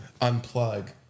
unplug